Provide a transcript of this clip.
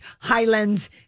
highlands